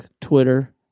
Twitter